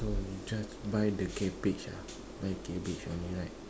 you just buy the cabbage ah buy cabbage only right